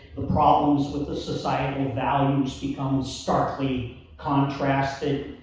the problems with the societal values become starkly contrasted,